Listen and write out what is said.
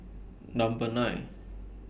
Number nine